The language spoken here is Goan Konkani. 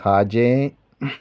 खाजें